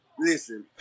Listen